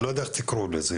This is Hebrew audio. אני לא יודע איך תקראו לזה,